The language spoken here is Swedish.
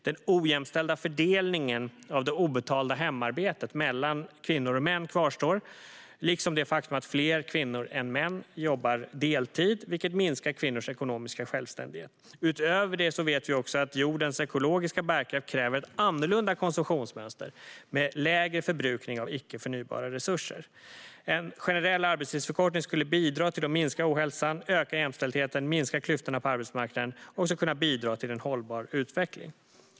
Den ojämställda fördelningen av det obetalda hemarbetet mellan kvinnor och män kvarstår, liksom det faktum att fler kvinnor än män jobbar deltid, vilket minskar kvinnors ekonomiska självständighet. Utöver detta vet vi också att jordens ekologiska bärkraft kräver ett annorlunda konsumtionsmönster med lägre förbrukning av icke förnybara resurser. En generell arbetstidsförkortning skulle bidra till att minska ohälsan, öka jämställdheten och minska klyftorna på arbetsmarknaden samt till en hållbar utveckling.